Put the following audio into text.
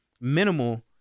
minimal